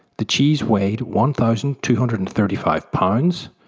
the cheese weighed one thousand two hundred and thirty five pounds,